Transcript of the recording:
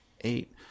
eight